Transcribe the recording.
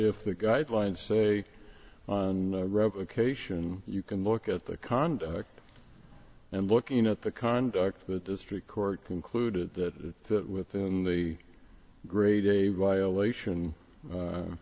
if the guidelines say replication you can look at the conduct and looking at the conduct that district court concluded that within the grade a violation